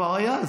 כבר היה,